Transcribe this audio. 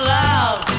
love